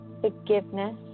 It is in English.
forgiveness